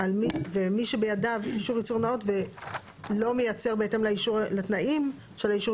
ומי שבידיו אישור ייצור נאות ולא מייצר בהתאם לאישור לתנאים של אישור